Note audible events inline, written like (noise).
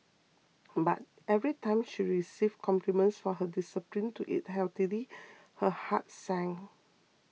but every time she received compliments for her discipline to eat healthily (noise) her heart sank